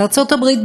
בארצות-הברית,